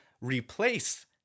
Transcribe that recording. replace